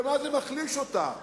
במה זה מחליש אותה?